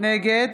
נגד